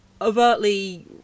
overtly